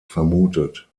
vermutet